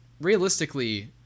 realistically